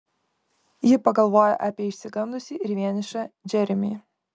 ji pagalvojo apie išsigandusį ir vienišą džeremį